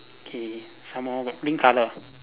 K some more pink colour